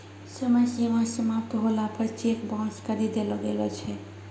समय सीमा समाप्त होला पर चेक बाउंस करी देलो गेलो छै